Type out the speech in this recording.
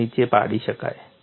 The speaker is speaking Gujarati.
ને નીચે પાડી શકાય